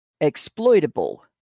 exploitable